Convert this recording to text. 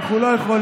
אנחנו לא יכולים.